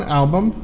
album